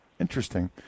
Interesting